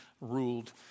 ruled